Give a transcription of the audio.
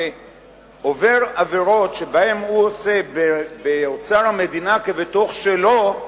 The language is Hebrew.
עובר עבירות שבהן הוא עושה באוצר המדינה כבתוך שלו,